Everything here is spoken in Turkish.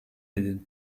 edin